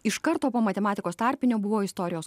iš karto po matematikos tarpinio buvo istorijos